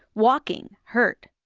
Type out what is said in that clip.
walking hurt.